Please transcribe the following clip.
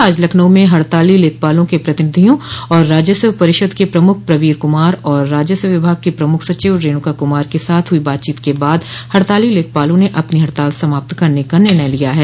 आज लखनऊ में हड़ताली लेखपालों के प्रतिनिधियों और राजस्व परिषद के प्रमुख प्रवीर कुमार और राजस्व विभाग की प्रमुख सचिव रणुका कुमार के साथ हुई बातचीत के बाद हड़ताली लेखपालों ने अपनी हड़ताल समाप्त करने का निर्णय लिया है